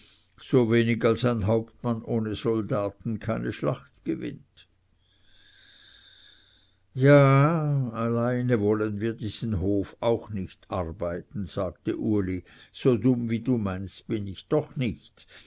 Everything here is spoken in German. so wenig als ein hauptmann ohne soldaten keine schlacht gewinnt ja alleine wollen wir diesen hof auch nicht arbeiten sagte uli so dumm wie du meinst bin ich doch nicht